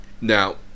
Now